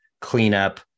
cleanup